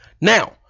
Now